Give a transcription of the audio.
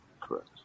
Correct